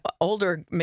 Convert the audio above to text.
older